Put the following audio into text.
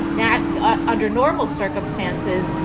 not yeah under normal circumstances.